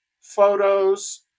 photos